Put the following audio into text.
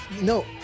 No